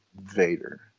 Vader